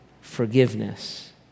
forgiveness